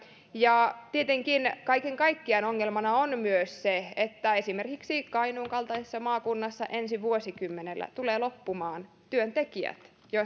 tietenkin kaiken kaikkiaan ongelmana on myös se että esimerkiksi kainuun kaltaisessa maakunnassa ensi vuosikymmenellä tulee loppumaan työntekijät